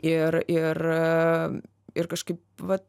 ir ir ir kažkaip va